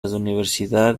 universidad